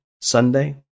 Sunday